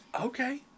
Okay